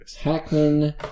Hackman